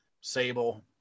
Sable